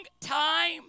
time